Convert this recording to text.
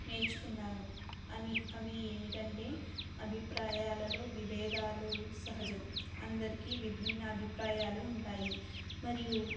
నేర్చుకున్నాను అమీ అవి ఏమిటంటే అభిప్రాయాలలో విభేదాలు సహజం అందరికి విభిన్న అభిప్రాయాలు ఉంటాయి మరియు